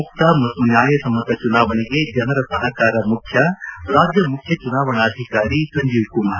ಮುಕ್ತ ಮತ್ತು ನ್ಯಾಯಸಮ್ಮತ ಚುನಾವಣೆಗೆ ಜನರ ಸಹಕಾರ ಮುಖ್ಯ ರಾಜ್ಯ ಮುಖ್ಯ ಚುನಾವಣಾಧಿಕಾರಿ ಸಂಜೀವ್ಕುಮಾರ್